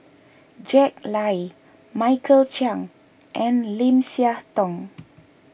Jack Lai Michael Chiang and Lim Siah Tong